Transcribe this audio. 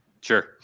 Sure